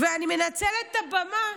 ואני מנצלת את הבמה,